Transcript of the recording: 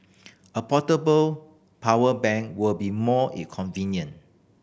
a portable power bank will be more convenient